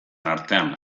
artean